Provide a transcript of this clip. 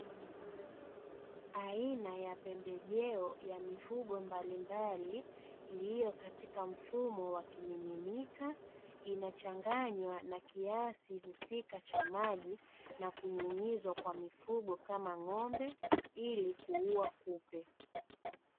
Aina ya pembejeo ya mifugo mbalimbali, iliyo katika mfumo wa kimiminika, inachanganywa na kiasi husika cha maji na kunyunyizwa kwa mifugo kama ng'ombe, ili kuua kupe.